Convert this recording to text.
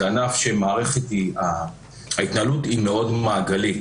זה ענף שההתנהלות בו מאוד מעגלית.